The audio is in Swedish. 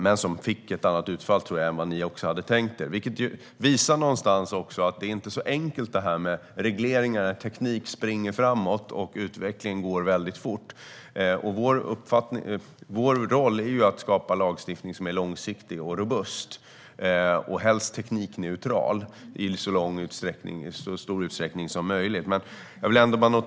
Men den fick ett annat utfall än ni hade tänkt. Det visar att det här med reglering inte är enkelt. Tekniken springer framåt, och utvecklingen går väldigt fort. Och vår roll är att skapa lagstiftning som är långsiktig och robust och helst teknikneutral i så stor utsträckning som möjligt.